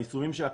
ביישומים שלה,